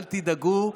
אל תדאגו,